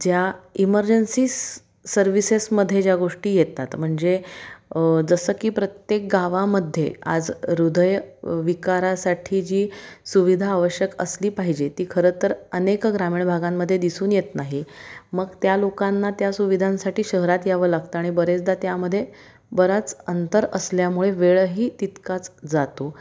ज्या इमर्जन्सीस सर्व्हिसेसमध्ये ज्या गोष्टी येतात म्हणजे जसं की प्रत्येक गावामध्ये आज हृदय विकारासाठी जी सुविधा आवश्यक असली पाहिजे ती खरं तर अनेक ग्रामीण भागांमध्ये दिसून येत नाही मग त्या लोकांना त्या सुविधांसाठी शहरात यावं लागतं आणि बरेचदा त्यामधे बराच अंतर असल्यामुळे वेळही तितकाच जातो